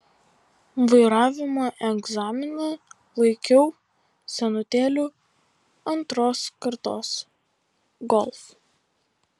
vairavimo egzaminą laikiau senutėliu antros kartos golf